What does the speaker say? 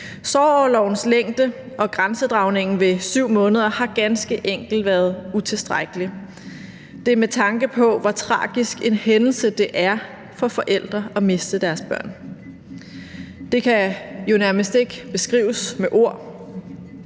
Sorgorlovens længde og grænsedragning ved 7 måneder har ganske enkelt været utilstrækkelig. Det er med tanke på, hvor tragisk en hændelse det er for forældre at miste et barn. Det kan nærmest ikke beskrives med ord.